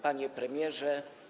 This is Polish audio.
Panie Premierze!